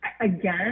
Again